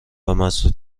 مسدود